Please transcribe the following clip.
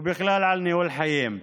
ובכלל על ניהול חיים.